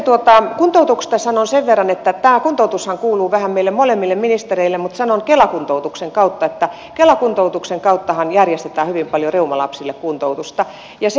sitten kuntoutuksesta sanon sen verran että tämä kuntoutushan kuuluu vähän meille molemmille ministereille mutta kela kuntoutuksen kauttahan järjestetään hyvin paljon reumalapsille kuntoutusta